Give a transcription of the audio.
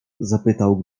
zapytał